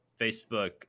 facebook